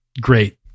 great